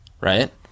right